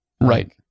Right